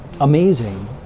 amazing